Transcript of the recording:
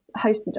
hosted